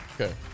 Okay